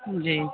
جی